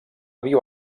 viu